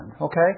Okay